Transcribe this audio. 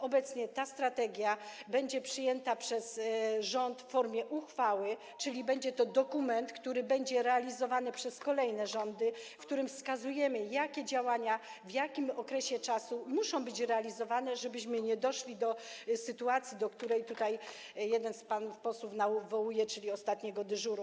Obecnie ta strategia będzie przyjęta przez rząd w formie uchwały, czyli będzie to dokument, który będzie realizowany przez kolejne rządy, w którym wskazujemy, jakie działania, w jakim okresie muszą być realizowane, żebyśmy nie doszli do sytuacji, do której tutaj jeden z panów posłów nawołuje, czyli ostatniego dyżuru.